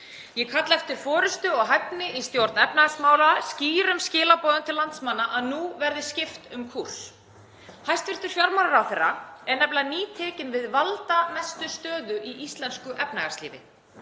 Ég kalla eftir forystu og hæfni í stjórn efnahagsmála, skýrum skilaboðum til landsmanna um að nú verði skipt um kúrs. Hæstv. fjármálaráðherra er nefnilega nýtekin við valdamestu stöðu í íslensku efnahagslífi.